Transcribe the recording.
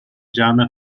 جمع